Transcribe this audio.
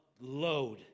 load